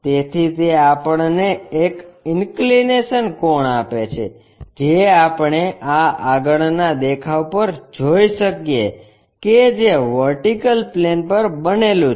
તેથી તે આપણને એક ઈન્કલીનેશન કોણ આપે છે જે આપણે આ આગળના દેખાવ પર જોઈ શકીએ કે જે વર્ટિકલ પ્લેન પર બનેલું છે